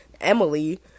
Emily